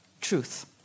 truth